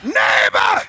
neighbor